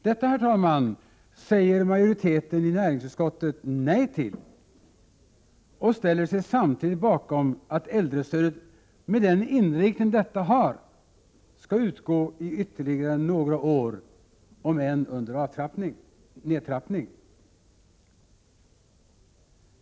Detta, herr talman, säger majoriteten i näringsutskottet nej till och ställer sig samtidigt bakom att äldrestödet med den inriktning detta har skall utgå i ytterligare några år, om än under nedtrappning.